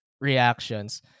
reactions